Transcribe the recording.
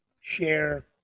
share